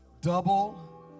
double